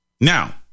Now